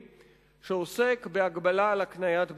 שעוסק בהגבלה על הקניית בעלות.